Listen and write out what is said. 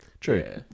True